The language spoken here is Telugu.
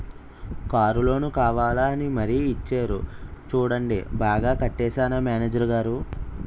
కారు లోను కావాలా అని మరీ ఇచ్చేరు చూడండి బాగా కట్టేశానా మేనేజరు గారూ?